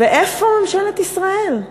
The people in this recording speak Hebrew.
ואיפה ממשלת ישראל?